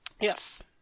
Yes